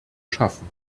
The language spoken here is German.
schaffen